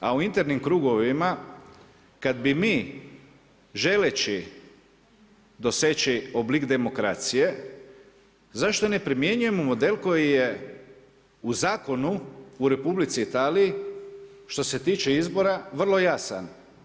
A u internim krugovima kada bi mi želeći doseći oblik demokracije zašto ne primjenjujemo model koji je u zakonu u Republici Italiji što se tiče izbora vrlo jasan.